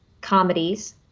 comedies